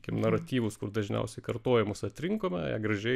sakykim naratyvus kur dažniausiai kartojamus atrinkome gražiai